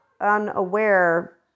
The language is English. unaware